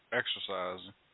exercising